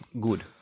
good